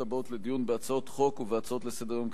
הבאות לדיון בהצעות חוק ובהצעות לסדר-היום,